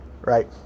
right